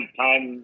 time